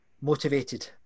motivated